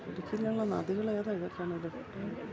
ഇടുക്കിയിലുള്ള നദികൾ ഏതാണ് ഇതിൽ കാണുന്നത്